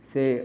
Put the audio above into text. Say